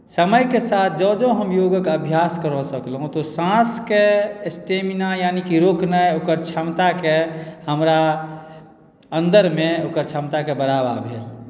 समयके साथ जँ जँ हम योगक अभ्यास करय सकलहुँ मतलब साँसके स्टेमिना यानी कि रोकनाइ ओकर क्षमताके हमरा अन्दरमे ओकर क्षमताके बढ़ावा भेल